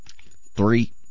three